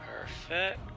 Perfect